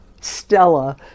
Stella